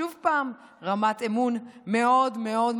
שוב פעם רמת אמון מאוד מאוד,